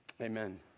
Amen